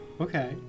Okay